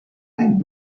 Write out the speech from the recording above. ein